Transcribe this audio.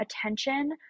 attention